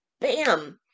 bam